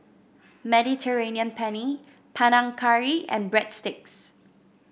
Mediterranean Penne Panang Curry and Breadsticks